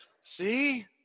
see